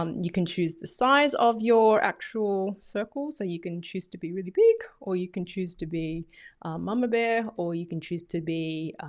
um you can choose the size of your actual circles. so you can choose to be really big or you can choose to be a mama bear or you can choose to be